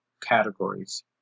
categories